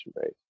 base